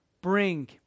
bring